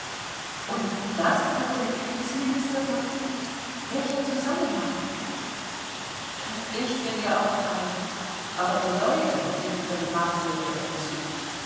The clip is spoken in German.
und das hat der kriegsminister verfügt welcher zusammenhang ich finde auch keinen aber die leute sind über die maßregel entzückt